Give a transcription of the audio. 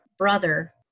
Brother